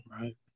right